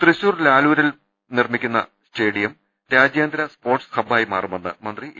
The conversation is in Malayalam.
തൃശൂർ ലാലൂരിൽ നിർമ്മിക്കുന്ന സ്റ്റേഡിയം രാജ്യാന്തര സ്പോർട്സ് ഹബ്ബായി മാറുമെന്ന് മന്ത്രി എ